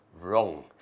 wrong